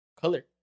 color